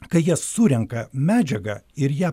kai jie surenka medžiagą ir ją